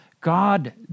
God